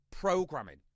programming